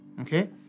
okay